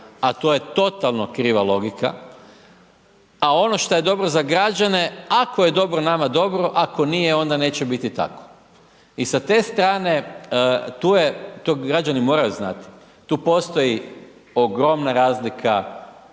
a to je totalno kriva logika. A ono što je dobro za građane, ako je dobro nama dobro, ako nije onda neće biti tako. I sa te strane, tu je to građani moraju znati, tu postoji ogromna razlika